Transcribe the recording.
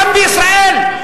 גם בישראל.